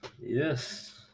yes